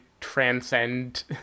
transcend